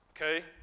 Okay